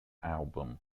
album